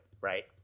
Right